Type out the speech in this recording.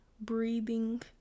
breathing